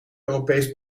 europees